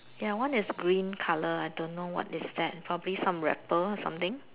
ya that one is green colour I don't know what is that probably some wrapper or something